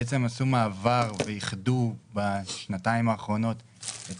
בעצם עשו מעבר ואיחדו בשנתיים האחרונות את